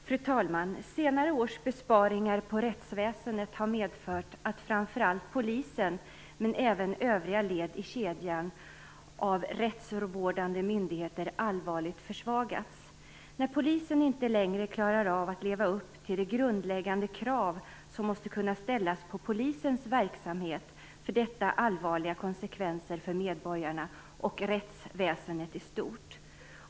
Fru talman! Senare års besparingar på rättsväsendet har medfört att framför allt Polisen, men även övriga led i kedjan av rättsvårdande myndigheter, allvarligt har försvagats. När Polisen inte längre klarar av att leva upp till de grundläggande krav som måste kunna ställas på dess verksamhet får det allvarliga konsekvenser för medborgarna och för rättsväsendet i stort.